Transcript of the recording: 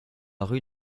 rue